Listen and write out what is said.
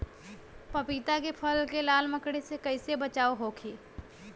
पपीता के फल के लाल मकड़ी से कइसे बचाव होखि?